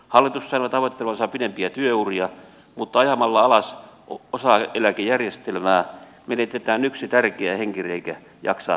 hallitus sanoo tavoittelevansa pidempiä työuria mutta ajamalla alas osaeläkejärjestelmää menetetään yksi tärkeä henkireikä jaksaa pidempään työssä